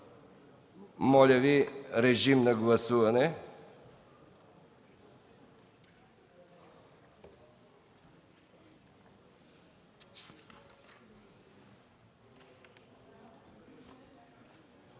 Моля, режим на гласуване